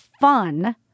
fun